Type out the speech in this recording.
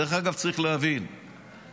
דרך אגב, צריך להבין שככלל